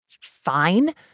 fine